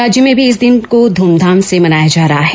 राज्य में भी इस दिन को धूमधाम से मनाया जा रहा है